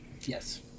Yes